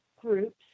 groups